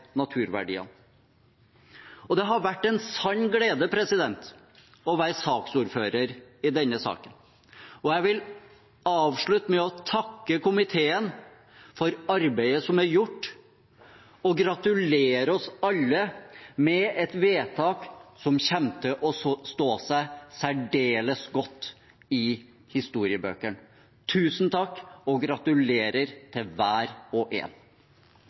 naturverdiene. Det har vært en sann glede å være saksordfører for denne saken. Jeg vil avslutte med å takke komiteen for arbeidet som er gjort, og gratulere oss alle med et vedtak som kommer til å stå seg særdeles godt i historiebøkene. Tusen takk og gratulerer til hver og en!